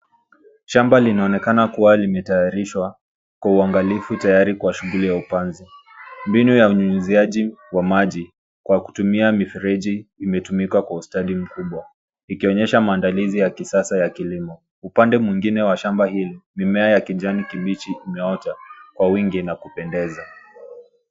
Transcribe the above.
Shamba linaonekana kuwa limetayarishwa kwa uangalifu tayari kwa shughuli ya upanzi mbinu ya unyunyiziaji wa maji kwa kutumia mifereji imetumika kwa ustadi mkubwa ikionyesha maandalizi ya kisasa ya kilimo. Upande mwingine wa shamba hili mimea ya kijani kibichi imeota kwa wingi na kupendeza.